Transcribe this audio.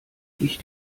ich